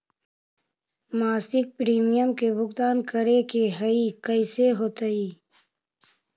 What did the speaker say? मासिक प्रीमियम के भुगतान करे के हई कैसे होतई?